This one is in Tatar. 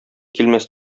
килмәс